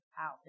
out